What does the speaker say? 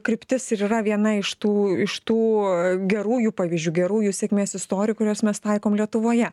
kryptis ir yra viena iš tų iš tų gerųjų pavyzdžių gerųjų sėkmės istorijų kurias mes taikom lietuvoje